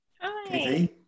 Hi